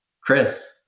Chris